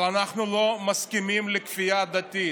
אבל אנחנו לא מסכימים לכפייה דתית.